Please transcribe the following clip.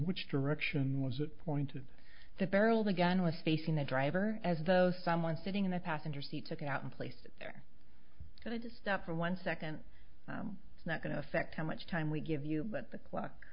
which direction was it pointed to barrels again was facing the driver as though someone sitting in the passenger seat took it out in place they're going to stop for one second it's not going to affect how much time we give you but the clock